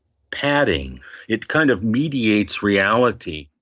padding it kind of mediates reality